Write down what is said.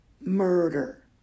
murder